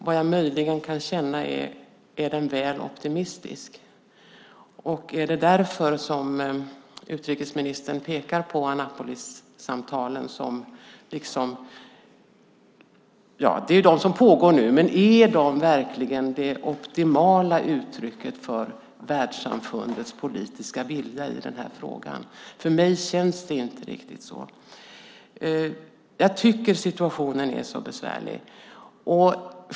Vad jag möjligen kan känna är att den är väl optimistisk. Är det därför utrikesministern pekar på Annapolissamtalen? Det är de som pågår nu, men är de verkligen det optimala uttrycket för världssamfundets politiska vilja i frågan? För mig känns det inte riktigt så. Jag tycker att situationen är besvärlig.